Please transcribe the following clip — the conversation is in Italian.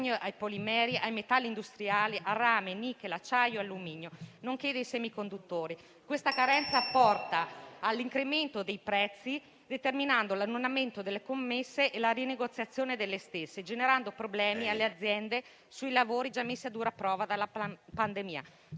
ai polimeri, ai metalli industriali, a rame, nichel, acciaio e alluminio), nonché dei semiconduttori. Questa carenza porta all'incremento dei prezzi, determinando l'annullamento e la rinegoziazione delle commesse, generando problemi alle aziende sui lavori già messi a dura prova dalla pandemia.